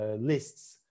lists